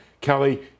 Kelly